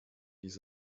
dies